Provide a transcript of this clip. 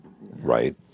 Right